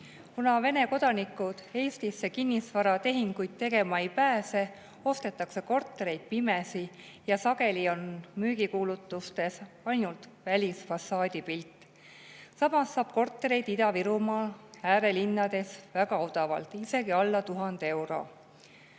Kuna Vene kodanikud Eestisse kinnisvaratehinguid tegema ei pääse, ostetakse kortereid pimesi ja sageli on müügikuulutustes ainult välisfassaadi pilt. Samas saab kortereid Ida-Virumaa äärelinnades väga odavalt, isegi alla 1000 euro.